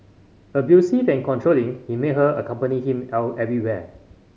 abusive and controlling he made her accompany him everywhere